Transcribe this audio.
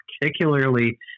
particularly